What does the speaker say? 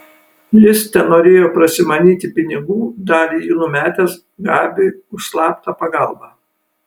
jis tenorėjo prasimanyti pinigų dalį jų numetęs gabiui už slaptą pagalbą